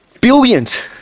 billions